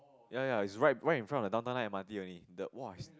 ya ya it's right right in front of the Downtown Line M_R_T only the !wah! is